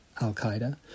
al-Qaeda